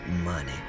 money